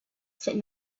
said